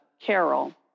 Carol